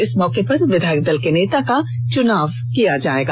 इस मौके पर विधायक दल के नेता का चुनाव किया जाएगा